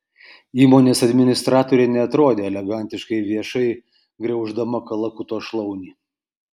įmonės administratorė neatrodė elegantiškai viešai griauždama kalakuto šlaunį